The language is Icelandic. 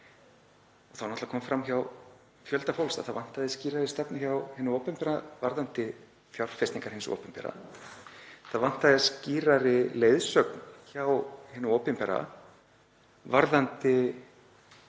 Þá kom náttúrlega fram hjá fjölda fólks að það vantaði skýrari stefnu hjá hinu opinbera varðandi fjárfestingar hins opinbera. Það vantaði skýrari leiðsögn frá hinu opinbera varðandi